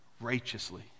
righteously